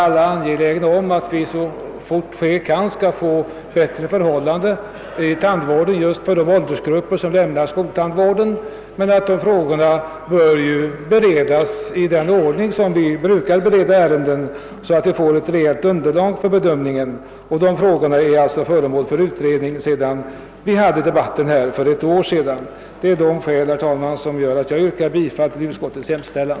Alla är angelägna om att vi snarast möjligt skall få bättre förhållanden inom tandvården just för de åldersgrupper som lämnat skoltandvården. Frågorna bör dock beredas i den ordning som gäller för beredning av ärenden. Dessa frågor är alltså föremål för utredning sedan ett år tillbaka. Herr talman! Av nu anförda skäl yrkar jag bifall till utskottets hemställan.